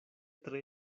tre